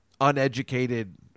uneducated